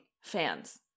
fans